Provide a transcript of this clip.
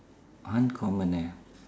uncommon eh